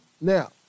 Now